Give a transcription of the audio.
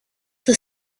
the